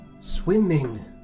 Swimming